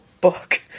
book